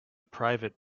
private